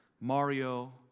Mario